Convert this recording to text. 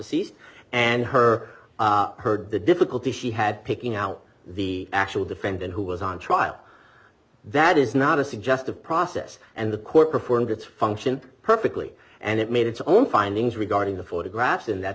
d and her heard the difficulty she had picking out the actual defendant who was on trial that is not a suggestive process and the court performed its function perfectly and it made its own findings regarding the photographs in that